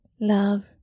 Love